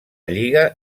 lliga